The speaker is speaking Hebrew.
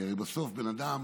כי הרי בסוף, בן אדם,